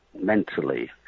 mentally